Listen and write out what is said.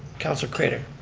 councilor craitor.